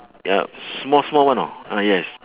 ya small small one know ah yes